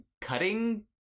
cutting